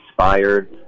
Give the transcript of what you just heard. inspired